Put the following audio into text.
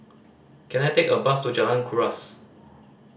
can I take a bus to Jalan Kuras